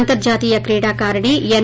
అంతర్జాతీయ క్రీడాకారిణి ఎన్